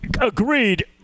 Agreed